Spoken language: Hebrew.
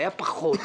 היה פחות.